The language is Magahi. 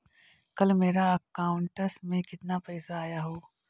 कल मेरा अकाउंटस में कितना पैसा आया ऊ?